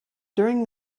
during